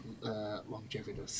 longevity